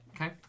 Okay